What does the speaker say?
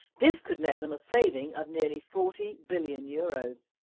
this could net them a saving of nearly forty billion euro's.